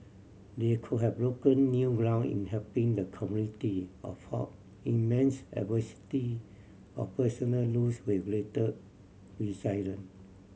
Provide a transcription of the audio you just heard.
they could have broken new ground in helping the community or fought immense adversity or personal loss with great resilience